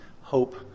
hope